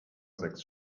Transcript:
sechs